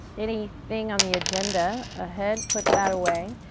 anything on the agenda ahead, put that away,